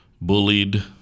bullied